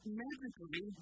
magically